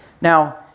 Now